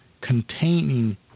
containing